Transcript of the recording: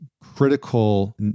critical